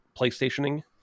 playstationing